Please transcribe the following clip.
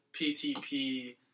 PTP